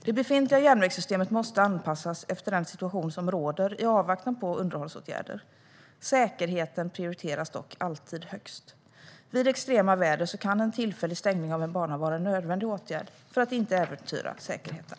Det befintliga järnvägssystemet måste anpassas efter den situation som råder i avvaktan på underhållsåtgärder. Säkerheten prioriteras dock alltid högst. Vid extrema väder kan en tillfällig stängning av en bana vara en nödvändig åtgärd för att inte äventyra säkerheten.